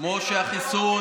כמו שהחיסון,